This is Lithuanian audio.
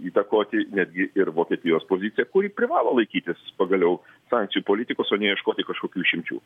įtakoti netgi ir vokietijos poziciją kuri privalo laikytis pagaliau sankcijų politikos o ne ieškoti kažkokių išimčių